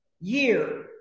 year